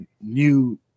new